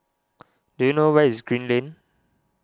do you know where is Green Lane